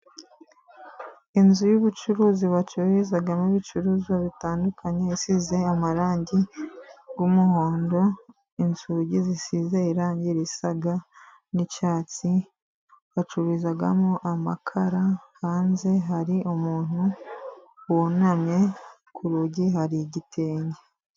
Inzu y'ubucuruzi bacururizamo ibicuruzwa bitandukanye. Isize amarangi y'umuhondo. Inzugi zisize irangi risa n'icyatsi. Bacururizamo amakara, hanze hari umuntu wunamye, ku rugi hari igitenge.